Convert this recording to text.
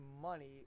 money